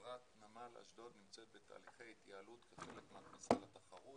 חברת נמל אשדוד נמצאת בתהליכי התייעלות כחלק מהכניסה לתחרות